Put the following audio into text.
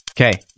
Okay